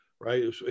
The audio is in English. right